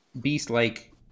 beast-like